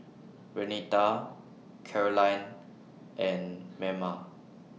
Renita Karolyn and Merna